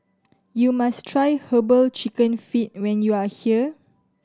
you must try Herbal Chicken Feet when you are here